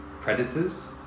predators